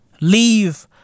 Leave